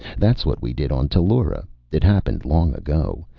that's what we did on tellura it happened long ago,